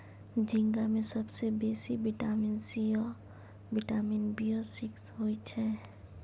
झींगा मे सबसँ बेसी बिटामिन सी आ बिटामिन बी सिक्स होइ छै